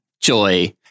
Joy